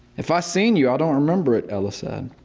if i seen you i don't remember it, ella said.